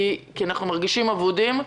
כי אנחנו מרגישים אבודים.